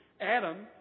Adam